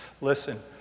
Listen